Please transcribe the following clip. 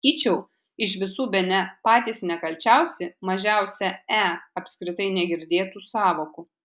sakyčiau iš visų bene patys nekalčiausi mažiausia e apskritai negirdėtų sąvokų